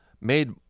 Made